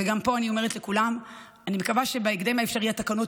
וגם פה אני אומרת לכולם: אני מקווה שבהקדם האפשרי התקנות